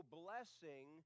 blessing